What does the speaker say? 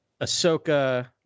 Ahsoka